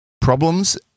problems